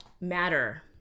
matter